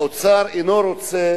האוצר אינו רוצה